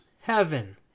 heaven